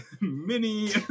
mini